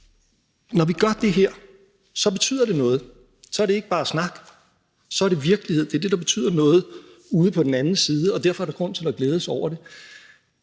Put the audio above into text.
Når vi gør det her, betyder det noget. Så er det ikke bare snak, så er det virkelighed. Det er det, der betyder noget ude på den anden side, og derfor er der grund til at glæde sig over det.